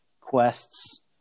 quests